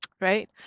Right